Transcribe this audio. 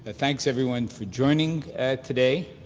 ah thanks, everyone, for joining today.